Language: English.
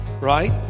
right